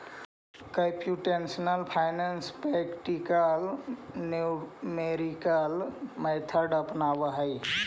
computational finance practical numerical method के अपनावऽ हई